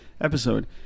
episode